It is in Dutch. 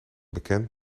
bekend